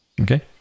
Okay